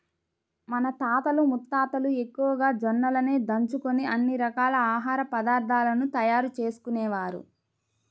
మన తాతలు ముత్తాతలు ఎక్కువగా జొన్నలనే దంచుకొని అన్ని రకాల ఆహార పదార్థాలను తయారు చేసుకునేవారు